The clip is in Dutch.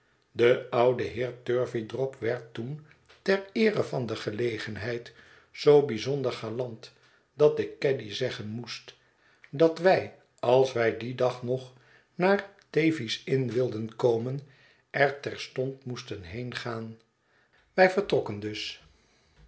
de oude heer turveydrop werd toen ter eere van de gelegenheid zoo bijzonder galant dat ik caddy zeggen moest dat wij als wij dien dag nog naar thavieslnn wilden komen er terstond moesten heen gaan wij vertrokken dus